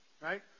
Right